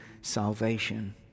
salvation